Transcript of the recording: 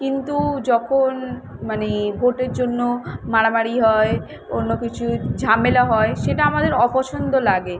কিন্তু যখন মানে ভোটের জন্য মারামারি হয় অন্য কিছুর ঝামেলা হয় সেটা আমাদের অপছন্দ লাগে